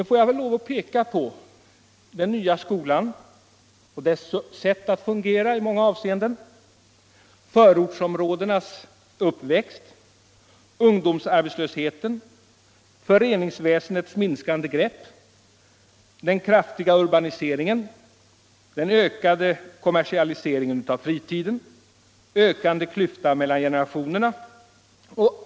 Låt mig då visa på den nya skolan och dess sätt att fungera i många avseenden, förortsområdenas uppväxt, ungdomsarbetslösheten, föreningsväsendets minskande grepp om människorna, den kraftiga urbaniseringen, den ökade kommersialiseringen av fritiden, den ökande klyftan mellan generationerna.